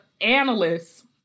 analysts